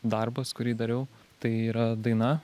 darbas kurį dariau tai yra daina